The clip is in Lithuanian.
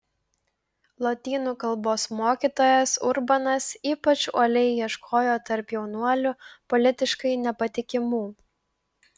lotynų kalbos mokytojas urbanas ypač uoliai ieškojo tarp jaunuolių politiškai nepatikimų